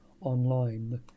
online